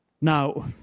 Now